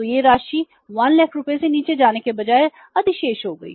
तो यह राशि 100000 रुपये से नीचे जाने के बजाय अधिशेष हो गई